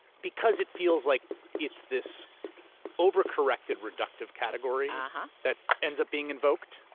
because it feels like it's this over-corrected reductive category and that ends up being invoked.